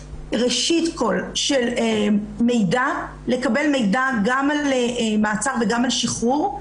ראשית, לקבל מידע גם על מעצר וגם על שחרור.